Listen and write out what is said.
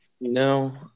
No